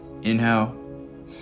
inhale